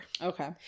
okay